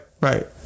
right